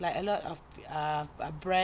like a lot of uh bread